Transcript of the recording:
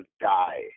die